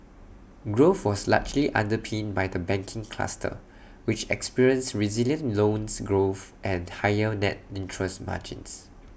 growth was largely underpinned by the banking cluster which experienced resilient loans growth and higher net interest margins